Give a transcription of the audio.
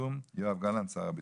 חתום יואב גלנט, שר הביטחון."